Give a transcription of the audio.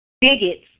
bigots